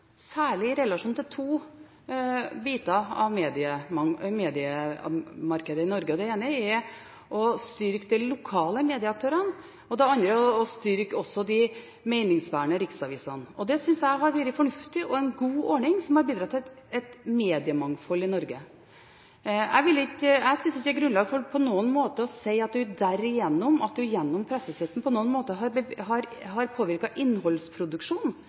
særlig i relasjon til to biter av mediemarkedet i Norge. Det ene er å styrke de lokale medieaktørene, og det andre er å styrke også de meningsbærende riksavisene. Det synes jeg har vært en fornuftig og god ordning som har bidratt til et mediemangfold i Norge. Jeg synes ikke det er grunnlag for på noen måte å si at man gjennom pressestøtten på noen måte har påvirket innholdsproduksjonen eller forsøkt å styre innholdsproduksjonen. Tvert imot, dette har